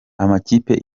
amakipe